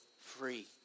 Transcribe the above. free